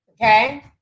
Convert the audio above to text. okay